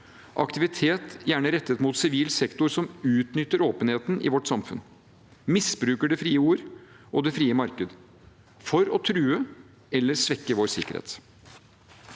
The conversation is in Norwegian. aktivitet gjerne rettet mot sivil sektor som utnytter åpenheten i vårt samfunn, misbruker det frie ord og det frie markedet for å true eller svekke vår sikkerhet.